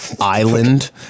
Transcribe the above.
island